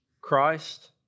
Christ